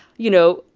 you know,